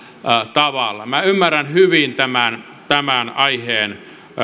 tavalla minä ymmärrän hyvin tämän tämän aiheesta